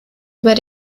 über